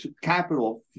capital